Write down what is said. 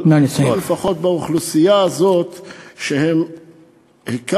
אבל לפחות באוכלוסייה הזאת, נא לסיים.